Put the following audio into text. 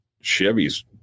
Chevy's